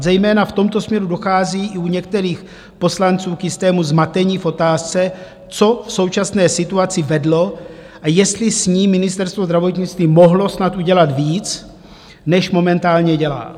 Zejména v tomto směru dochází i u některých poslanců k jistému zmatení v otázce, co k současné situaci vedlo a jestli s ní Ministerstvo zdravotnictví mohlo snad udělat víc, než momentálně dělá.